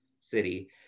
city